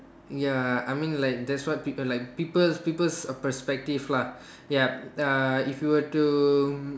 ya I mean like that's what people like people's people's perspective lah ya uh if you were to